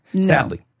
sadly